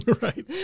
Right